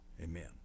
amen